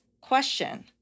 question